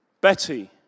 Betty